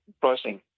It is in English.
pricing